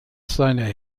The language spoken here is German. seiner